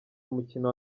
umukino